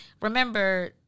Remember